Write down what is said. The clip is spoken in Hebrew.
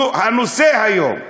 שהוא הנושא היום.